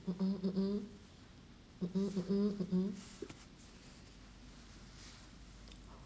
mm mm mm mm mm mm mm mm mm mm